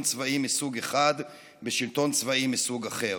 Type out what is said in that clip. צבאי מסוג אחד בשלטון צבאי מסוג אחר,